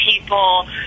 people